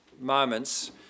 moments